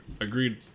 agreed